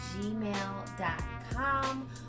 gmail.com